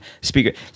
speaker